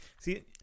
See